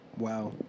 Wow